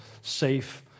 safe